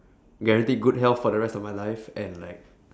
guaranteed good health for the rest of my life and like